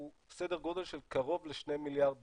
הוא סדר גודל של קרוב לשני מיליארד דולר,